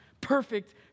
perfect